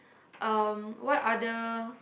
um what other